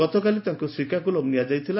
ଗତକାଲି ତାଙ୍କୁ ଶ୍ରୀକାକୁଲମ ନିଆଯାଇଥିଲା